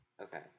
Okay